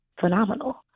phenomenal